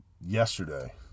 yesterday